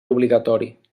obligatori